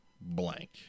blank